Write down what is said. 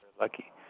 lucky